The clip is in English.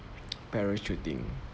parachuting